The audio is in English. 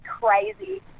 crazy